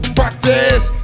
practice